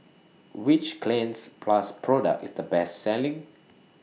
Which Cleanz Plus Product IS The Best Selling